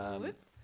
Whoops